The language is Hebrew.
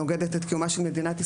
נוגדת את קיומה של מדינת ישראל,